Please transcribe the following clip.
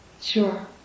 Sure